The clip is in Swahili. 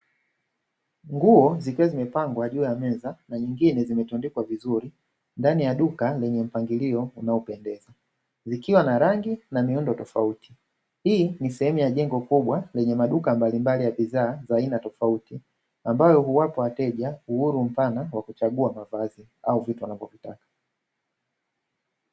Nguo zikiwa zimepangwa juu ya meza na nyingine zimetundikwa vizuri ndani ya duka lenye mpangilio unaopendeza; zikiwa na rangi na miundo tofauti, hii ni sehemu ya jengo kubwa yenye maduka mbalimbali ya bidhaa za aina tofauti, ambayo huwapa wateja uhuru mpana wa kuchagua mavazi au vitu wanavyotaka.